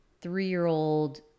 three-year-old